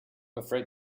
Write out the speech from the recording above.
afraid